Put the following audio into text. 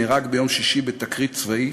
נהרג ביום שישי בתקרית צבאית,